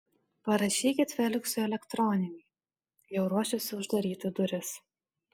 parašykit feliksui elektroninį jau ruošėsi uždaryti duris